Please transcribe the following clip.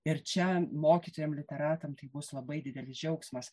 ir čia mokytojam literatam tai bus labai didelis džiaugsmas